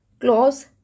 Clause